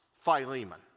Philemon